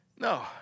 No